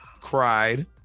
cried